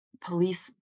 police